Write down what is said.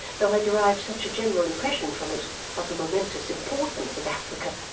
though i derived such a general impression from it of the momentous importance of africa,